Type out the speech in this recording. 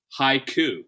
Haiku